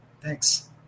Thanks